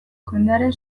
jendearen